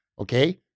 Okay